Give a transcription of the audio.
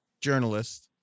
journalist